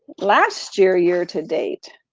last year, year to date,